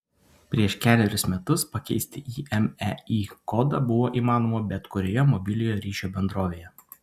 prieš kelerius metus pakeisti imei kodą buvo įmanoma bet kurioje mobiliojo ryšio bendrovėje